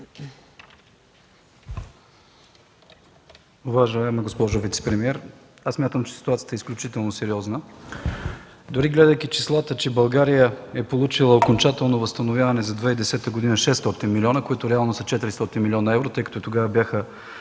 Уважаема госпожо вицепремиер, смятам, че сте изключително сериозна. Дори гледайки числата, че България е получила окончателно възстановяване за 2010 г. – 600 милиона, които реално са 400 млн. евро, тъй като тогава близо